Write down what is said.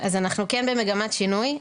אז אנחנו כן במגמת שינוי.